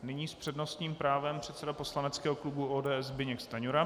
Nyní s přednostním právem předseda poslaneckého klubu ODS Zbyněk Stanjura.